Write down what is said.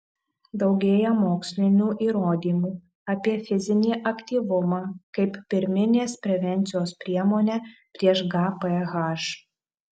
daugėja mokslinių įrodymų apie fizinį aktyvumą kaip pirminės prevencijos priemonę prieš gph